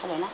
hold on ah